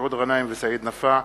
מסעוד גנאים וסעיד נפאע,